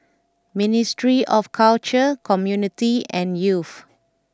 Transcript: Ministry of Culture Community and Youth